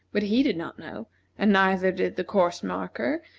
but he did not know and neither did the course-marker,